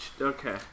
okay